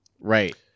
Right